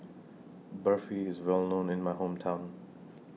Barfi IS Well known in My Hometown